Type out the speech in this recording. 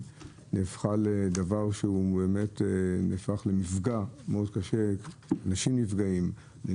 לגבי העניין של 412. הערות,